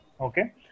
okay